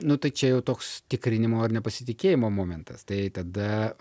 nu tai čia jau toks tikrinimo ar nepasitikėjimo momentas tai tada